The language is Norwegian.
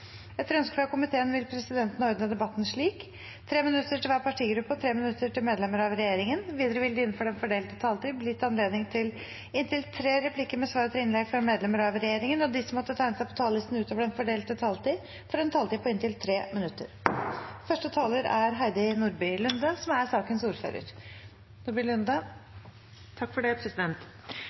Etter ønske fra arbeids- og sosialkomiteen vil presidenten ordne debatten slik: 3 minutter til hver partigruppe og 3 minutter til medlemmer av regjeringen. Videre vil det – innenfor den fordelte taletid – bli gitt anledning til inntil tre replikker med svar etter innlegg fra medlemmer av regjeringen, og de som måtte tegne seg på talerlisten utover den fordelte taletid, får også en taletid på inntil 3 minutter. Komiteen er helt enig om at seksuell trakassering er et samfunnsproblem som